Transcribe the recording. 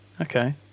Okay